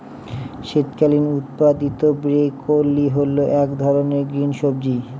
শীতকালীন উৎপাদীত ব্রোকলি হল এক ধরনের গ্রিন সবজি